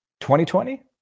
2020